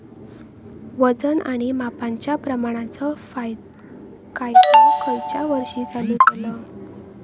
वजन आणि मापांच्या प्रमाणाचो कायदो खयच्या वर्षी चालू केलो?